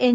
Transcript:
N